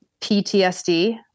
PTSD